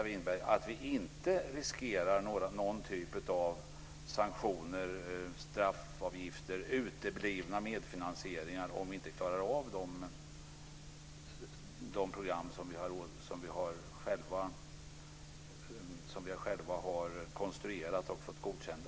Riskerar vi inte någon typ, Margareta Winberg, av sanktioner, straffavgifter eller uteblivna medfinansieringar om vi inte klarar av de program som vi själva har konstruerat och fått godkända?